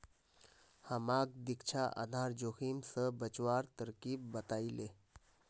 हमाक दीक्षा आधार जोखिम स बचवार तरकीब बतइ ले